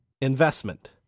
investment